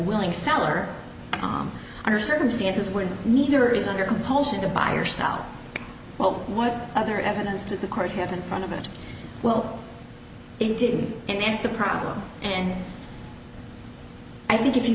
willing seller under circumstances where neither is under compulsion to buy or sell well what other evidence to the court have in front of it well it didn't and that's the problem and i think if you